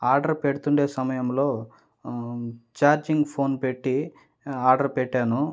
ఆ ఆర్డర్ పెడుతుండే సమయంలో ఛార్జింగ్ ఫోన్ పెట్టి ఆర్డర్ పెట్టాను